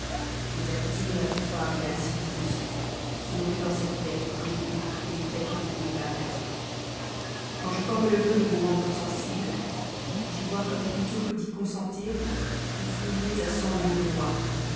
mais accoutumé à vous croire une âme si douce ce n'est que par elle que je puis vous voir telle que vous voulez être pour moi quand je forme le vœu de vous rendre sensible elle me rappelle que plutôt que d'y consentir vous fuiriez à cent lieues de moi